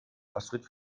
astrid